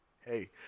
Hey